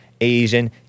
Asian